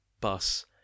bus